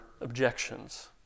objections